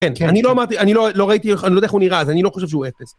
אני לא אמרתי, אני לא ראיתי, אני לא יודע איך הוא נראה, אז אני לא חושב שהוא אפס.